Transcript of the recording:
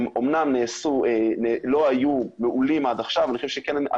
הם אמנם לא היו מעולים עד עכשיו אבל אני חושב שהממשלה